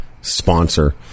sponsor